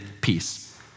peace